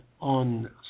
on